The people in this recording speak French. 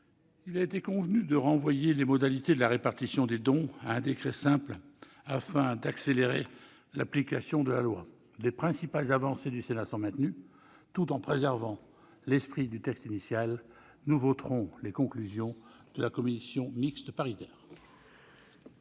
il a été convenu de renvoyer les modalités de la répartition des dons à un décret simple afin d'accélérer l'application de la loi. Les principales avancées du Sénat sont maintenues tout en préservant l'esprit du texte initial. Nous voterons donc les conclusions de la commission mixte paritaire.